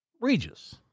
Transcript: Regis